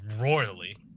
royally